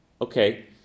Okay